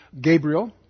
Gabriel